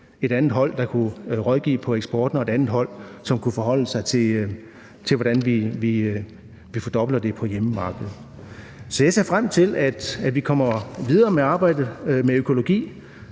et andet hold, der kunne rådgive om eksporten; og et andet hold, som kunne forholde sig til, hvordan vi fordobler det på hjemmemarkedet. Jeg ser frem til, at vi kommer videre med arbejdet med økologi.